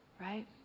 right